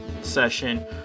session